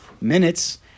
minutes